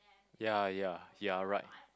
ya ya you're right